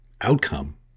outcome